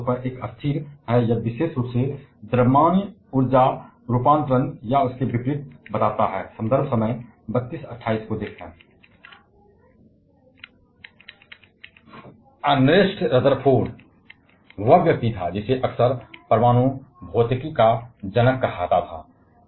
इसलिए आम तौर पर एक स्थिर यह विशेष रूप से बड़े पैमाने पर ऊर्जा रूपांतरण या इसके विपरीत देता है अर्नेस्ट रदरफोर्ड वह व्यक्ति था जिसे अक्सर परमाणु भौतिकी का जनक कहा जाता है